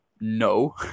No